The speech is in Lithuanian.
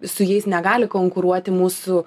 su jais negali konkuruoti mūsų